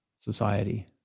society